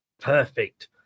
perfect